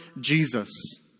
Jesus